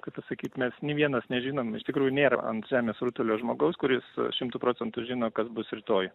kaip pasakyt mes ni vienas nežinoe iš tikrųjų nėra ant žemės rutulio žmogaus kuris šimtu procentų žino kas bus rytoj